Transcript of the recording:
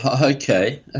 Okay